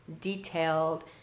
detailed